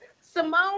Simone